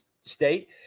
state